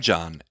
John